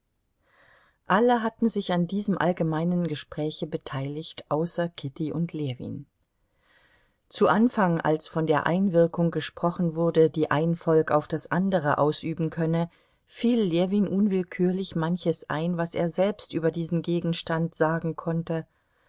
alle hatten sich an diesem allgemeinen gespräche beteiligt außer kitty und ljewin zu anfang als von der einwirkung gesprochen wurde die ein volk auf das andere ausüben könne fiel ljewin unwillkürlich manches ein was er selbst über diesen gegenstand sagen konnte